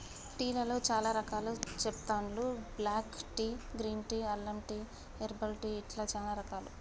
tea లలో చాల రకాలు చెస్తాండ్లు బ్లాక్ టీ, గ్రీన్ టీ, అల్లం టీ, హెర్బల్ టీ ఇట్లా చానా రకాలు